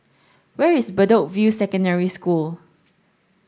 where is Bedok View Secondary School